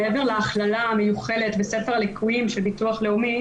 מעבר להכללה המיוחלת בספר הליקויים של הביטוח הלאומי